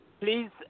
Please